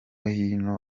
hino